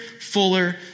fuller